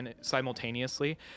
simultaneously